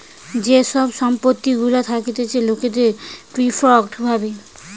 যে সব সম্পত্তি গুলা থাকতিছে লোকের ফিক্সড ভাবে